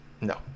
No